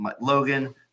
Logan